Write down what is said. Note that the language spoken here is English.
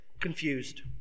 confused